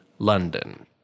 London